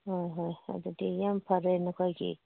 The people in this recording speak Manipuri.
ꯍꯣꯏ ꯍꯣꯏ ꯑꯗꯨꯗꯤ ꯌꯥꯝ ꯐꯔꯦ ꯅꯈꯣꯏꯒꯤ